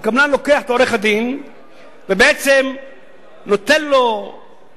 מה שקורה הוא שהקבלן לוקח את עורך-הדין ובעצם נותן לו צ'ופר